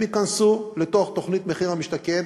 והם ייכנסו לתוך תוכנית מחיר למשתכן.